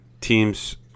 teams